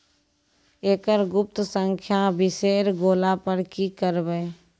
एकरऽ गुप्त संख्या बिसैर गेला पर की करवै?